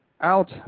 out